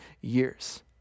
years